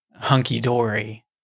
hunky-dory